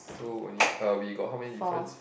so only uh we got how many difference